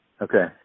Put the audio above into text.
Okay